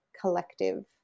collective